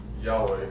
Yahweh